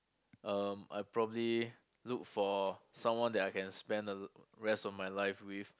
um I probably look for someone that I can spend the rest of my life with